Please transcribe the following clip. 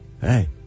Hey